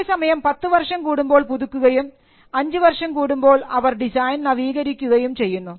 അതേസമയം 10 വർഷം കൂടുമ്പോൾ പുതുക്കുകയും അഞ്ച് വർഷം കൂടുമ്പോൾ അവർ ഡിസൈൻ നവീകരിക്കുകയും ചെയ്യുന്നു